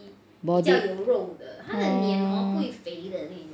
body orh